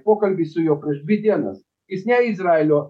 pokalbį su juo prieš dvi dienas jis ne izraelio